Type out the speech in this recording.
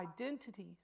identities